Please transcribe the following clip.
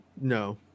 no